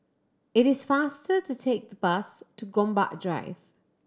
it is faster to take the bus to Gombak Drive